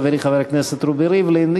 חברי חבר הכנסת רובי ריבלין,